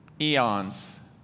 eons